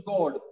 God